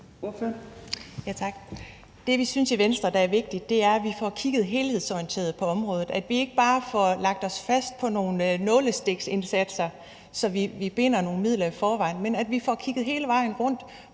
Det, vi synes i Venstre er vigtigt, er, at vi får kigget helhedsorienteret på området, og at vi ikke bare får lagt os fast på nogle nålestiksindsatser, så vi binder nogle midler i forvejen, men at vi får kigget hele vejen rundt